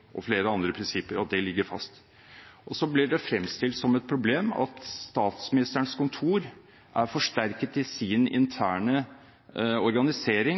og flere andre prinsipper ligger fast. Og så blir det fremstilt som et problem at Statsministerens kontor er forsterket i sin interne organisering,